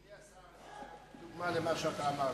אדוני השר, אני רוצה לתת דוגמה למה שאתה אמרת.